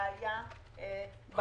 לא יודע אם את,